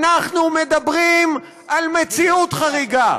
אנחנו מדברים על מציאות חריגה,